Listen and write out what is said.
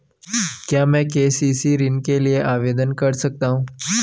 क्या मैं के.सी.सी ऋण के लिए आवेदन कर सकता हूँ?